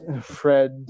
Fred